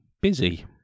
busy